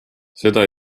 seda